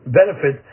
benefit